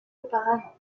auparavant